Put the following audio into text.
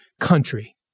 country